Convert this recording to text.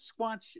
Squatch